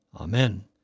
Amen